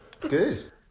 Good